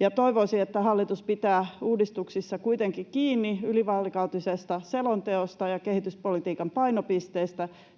Ja toivoisin, että hallitus pitää uudistuksissa kuitenkin kiinni ylivaalikautisesta selonteosta ja kehityspolitiikan painopisteistä,